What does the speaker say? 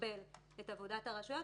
לסרבל את עבודת הרשויות,